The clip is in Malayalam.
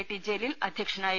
ടി ജലീൽ അധ്യക്ഷനായിരുന്നു